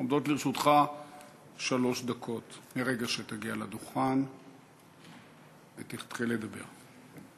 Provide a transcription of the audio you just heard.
עומדות לרשותך שלוש דקות מרגע שתגיע לדוכן ותתחיל לדבר.